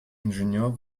ingenieur